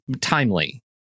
timely